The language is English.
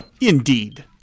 Indeed